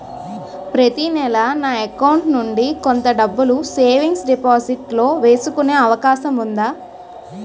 ప్రతి నెల నా అకౌంట్ నుండి కొంత డబ్బులు సేవింగ్స్ డెపోసిట్ లో వేసుకునే అవకాశం ఉందా?